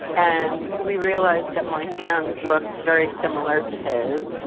and we realised that my hands looked very similar to his.